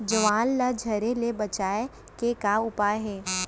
ज्वार ला झरे ले बचाए के का उपाय हे?